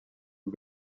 and